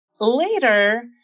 later